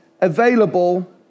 available